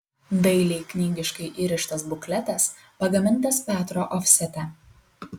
dailiai knygiškai įrištas bukletas pagamintas petro ofsete